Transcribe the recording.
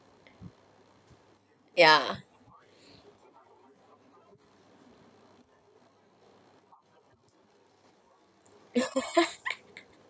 ya